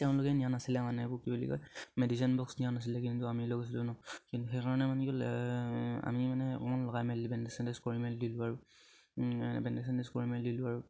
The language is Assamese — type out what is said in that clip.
তেওঁলোকে নিয়া নাছিলে মানে কি বুলি কয় মেডিচিন বক্স দিয়া নাছিলে কিন্তু আমি লগ হৈছিলোঁ ন কিন্তু সেইকাৰণে মানে কি আমি মানে অকণমান লগাই মেলি বেণ্ডেজ চেণ্ডেজ কৰি মেলি দিলোঁ বাৰু বেণ্ডেজ চেণ্ডেজ কৰি মেলি দিলোঁ আৰু